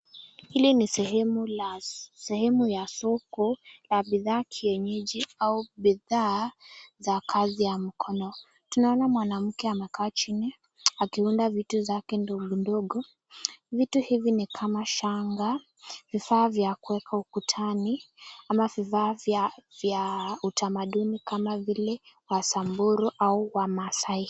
Hii ni sehemu ya soko la bidhaa kienyeji au bidhaa za kazi ya mkono, Tunaona mwanamke amekaa chini akiunda vitu zake ndogo ndogo kama vile , kama shangaa, vifaa vya kuwekwa ukutani ama vifaa vya utamaduni kama vile Wasamburu au wamaasai.